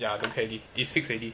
ya don't care already it's fixed already